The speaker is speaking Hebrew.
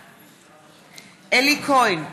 בעד אלי כהן,